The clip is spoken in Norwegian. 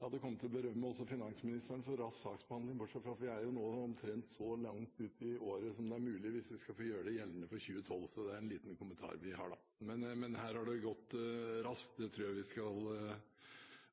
Jeg hadde kommet til å berømme også finansministeren for rask saksbehandling, men vi er jo nå omtrent så langt uti året som det er mulig hvis vi skal få gjøre det gjeldende for 2012 – det er en liten kommentar vi har. Men her har det gått raskt, det tror jeg vi